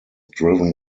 driven